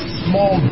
small